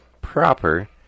proper